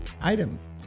items